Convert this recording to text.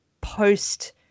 post